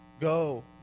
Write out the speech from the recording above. Go